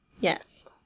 Yes